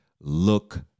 look